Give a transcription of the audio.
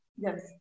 Yes